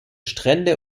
strände